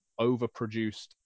overproduced